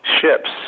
ships